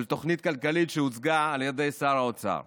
תוכנית כלכלית שהוצגה על ידי שר האוצר.